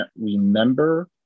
remember